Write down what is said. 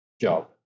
job